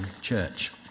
church